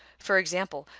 for example,